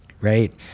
right